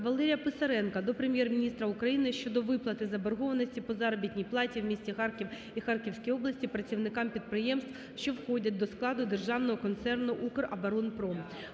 Валерія Писаренка до Прем'єр-міністра України щодо виплати заборгованості по заробітній платі в місті Харків та Харківській області - працівникам підприємств, що входять до складу Державного концерну "Укроборонпром".